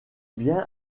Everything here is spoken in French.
bien